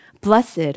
Blessed